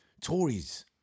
Tories